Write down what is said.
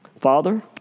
Father